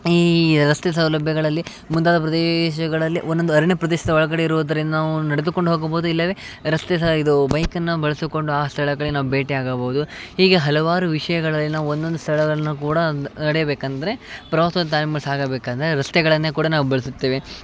ಈ ರಸ್ತೆ ಸೌಲಭ್ಯಗಳಲ್ಲಿ ಮುಂತಾದ ಪ್ರದೇಶಗಳಲ್ಲಿ ಒಂದೊಂದು ಅರಣ್ಯ ಪ್ರದೇಶದ ಒಳಗಡೆ ಇರೋದ್ರಿಂದ ನಾವು ನಡೆದುಕೊಂಡು ಹೋಗಬೌದು ಇಲ್ಲವೇ ರಸ್ತೆ ಸಾ ಇದು ಬೈಕನ್ನು ಬಳಸಿಕೊಂಡು ಆ ಸ್ಥಳಗಳಿಗೆ ನಾವು ಭೇಟಿ ಆಗಬೌದು ಹೀಗೆ ಹಲವಾರು ವಿಷಯಗಳಲ್ಲಿ ನಾವು ಒಂದೊಂದು ಸ್ಥಳಗಳನ್ನ ಕೂಡ ನಡೆಯಬೇಕಂದರೆ ಪ್ರವಾಸದ ಸಾಗಬೇಕಂದರೆ ರಸ್ತೆಗಳನ್ನೇ ಕೂಡ ನಾವು ಬಳಸುತ್ತೇವೆ